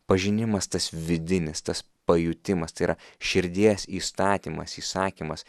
pažinimas tas vidinis tas pajutimas tai yra širdies įstatymas įsakymas